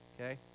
okay